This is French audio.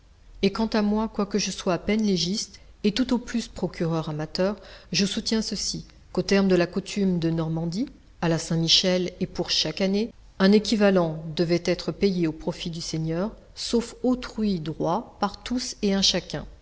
et quant à moi quoique je sois à peine légiste et tout au plus procureur amateur je soutiens ceci qu'aux termes de la coutume de normandie à la saint-michel et pour chaque année un équivalent devait être payé au profit du seigneur sauf autrui droit par tous et un chacun